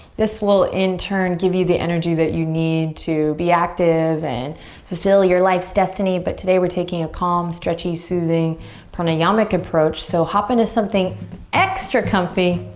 this will in turn give you the energy that you need to be active and fulfill your life's destiny. but today we're taking a calm stretchy soothing pranayamic approach. so hop into something extra comfy,